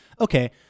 okay